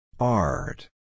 Art